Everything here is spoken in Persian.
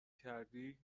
کردی